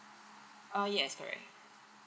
uh yes correct